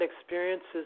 experiences